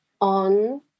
on